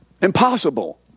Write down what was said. Impossible